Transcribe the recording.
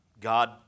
God